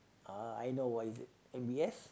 ah I know what is it m_b_s